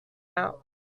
out